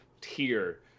tier